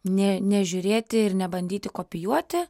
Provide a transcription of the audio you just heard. nė nežiūrėti ir nebandyti kopijuoti